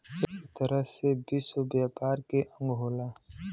एक तरह से विश्व व्यापार के अंग होला